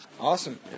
Awesome